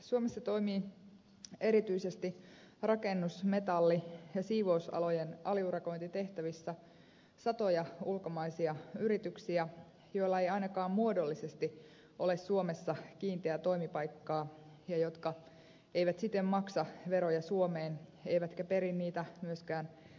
suomessa toimii erityisesti rakennus metalli ja siivousalojen aliurakointitehtävissä satoja ulkomaisia yrityksiä joilla ei ainakaan muodollisesti ole suomessa kiinteää toimipaikkaa ja jotka eivät siten maksa veroja suomeen eivätkä peri niitä myöskään työntekijöiltään